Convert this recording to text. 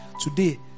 Today